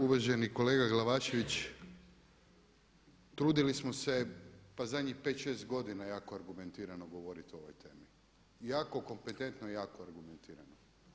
Uvaženi kolega Glavašević trudili smo se pa zadnjih 5, 6 godina jako argumentirano govoriti o ovoj temi, jako kompetentno i jako argumentirano.